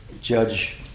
judge